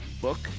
book